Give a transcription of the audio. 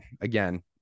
again